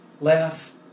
laugh